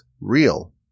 real